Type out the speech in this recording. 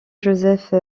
joseph